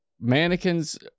mannequins